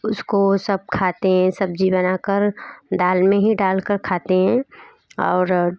उसको सब खाते हैं सब्ज़ी बना कर दाल मे ही डाल कर खाते हैं और